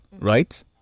right